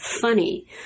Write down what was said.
Funny